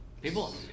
People